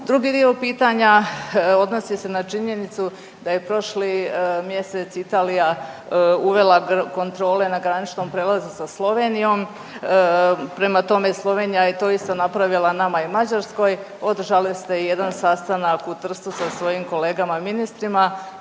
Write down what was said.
Drugi dio pitanja odnosi se na činjenicu da je prošli mjesec Italija uvela kontrole na graničnom prijelazu sa Slovenijom, prema tome Slovenija je to isto napravila nama i Mađarskoj. Održali ste jedan sastanak u Trstu sa svojim kolegama ministrima,